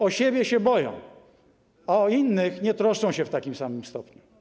O siebie się boją, a o innych nie troszczą się w takim samym stopniu.